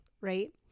right